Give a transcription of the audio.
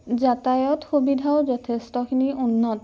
যাতায়ত সুবিধাও যথেষ্টখিনি উন্নত